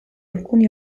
alcuni